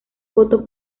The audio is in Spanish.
voto